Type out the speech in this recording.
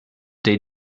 they